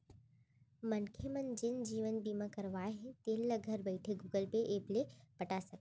मनखे मन जेन जीवन बीमा करवाए हें तेल ल घर बइठे गुगल पे ऐप ले पटा सकथे